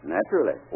Naturally